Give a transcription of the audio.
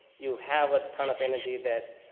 you have a ton of energy that,